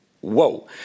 Whoa